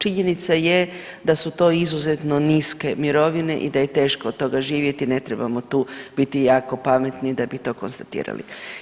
Činjenica je da su to izuzetno niske mirovine i da je teško od toga živjeti i ne trebamo tu biti jako pametni da bi to konstatirali.